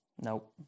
no